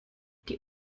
die